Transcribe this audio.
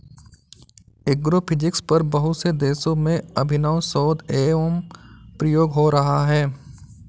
agrophysics पर बहुत से देशों में अभिनव शोध एवं प्रयोग हो रहा है